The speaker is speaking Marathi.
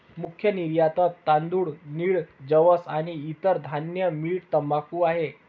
मुख्य निर्यातत तांदूळ, नीळ, जवस आणि इतर धान्य, मीठ, तंबाखू आहे